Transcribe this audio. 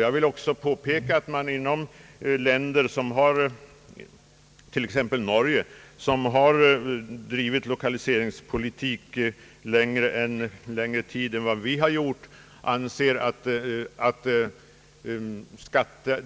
Jag vill också påpeka att man inom länder, t.ex. Norge, som har drivit 1okaliseringspolitik längre tid än vad vi har gjort, anser att de